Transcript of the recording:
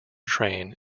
train